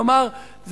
כלומר,